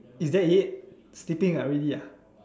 is that it sleeping ah really ah